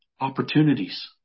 opportunities